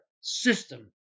system